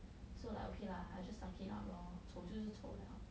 so like okay lah just stop here okay